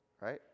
right